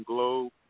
Globe